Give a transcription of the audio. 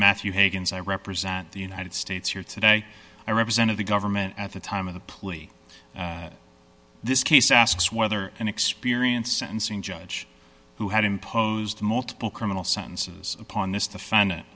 matthew hagan's i represent the united states here today i represented the government at the time of the plea this case asks whether an experienced sentencing judge who had imposed multiple criminal sentences upon this to find